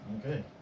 Okay